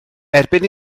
erbyn